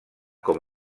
com